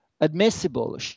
admissible